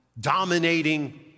dominating